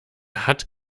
hat